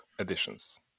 editions